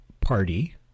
party